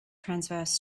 transverse